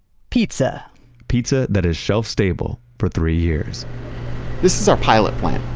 pizza pizza that is shelf-stable for three years this is our pilot plant.